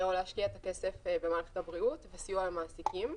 או להשקיע את הכסף במערכת הבריאות ובסיוע למעסיקים.